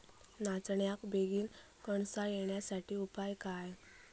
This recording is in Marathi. नाचण्याक बेगीन कणसा येण्यासाठी उपाय काय?